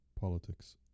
Politics